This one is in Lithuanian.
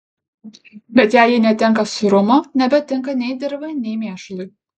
bet jei ji netenka sūrumo nebetinka nei dirvai nei mėšlui